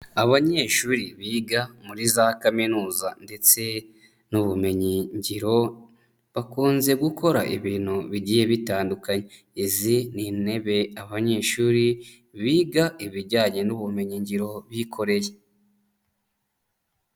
Abanyeshuri biga muri za kaminuza ndetse n'ubumenyingiro, bakunze gukora ibintu bigiye bitandukanye, izi ni intebe abanyeshuri biga ibijyanye n'ubumenyingiro bikoreye.